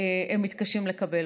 שהם מתקשים לקבל.